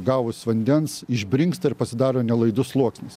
gavus vandens išbrinksta ir pasidaro nelaidus sluoksnis